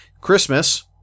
Christmas